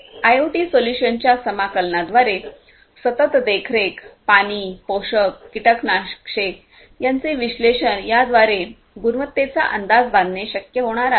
IoT सोल्यूशन्सच्या समाकलनाद्वारे सतत देखरेख पाणी पोषक कीटकनाशके त्यांचे विश्लेषण याद्वारे गुणवत्तेचा अंदाज बांधणे शक्य होणार आहे